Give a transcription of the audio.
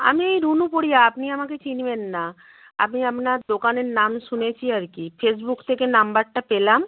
আমি এই রুনু পোরিয়া আপনি আমাকে চিনবেন না আমি আপনার দোকানের নাম শুনেছি আর কি ফেসবুক থেকে নম্বরটা পেলাম